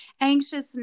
anxiousness